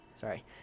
sorry